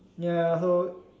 ya so